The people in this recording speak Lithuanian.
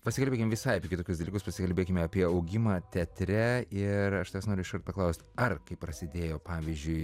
pasikalbėkim visai apie kitokius dalykus pasikalbėkime apie augimą teatre ir aš noriu iškart paklaust ar kai prasidėjo pavyzdžiui